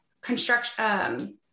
construction